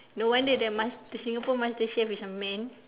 no one that the mas~ the Singapore master chef is a man